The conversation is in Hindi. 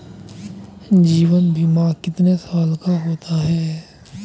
जीवन बीमा कितने साल का होता है?